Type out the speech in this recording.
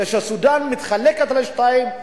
כשסודן נחלקת לשניים,